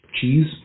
cheese